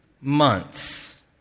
months